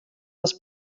les